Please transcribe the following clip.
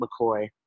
McCoy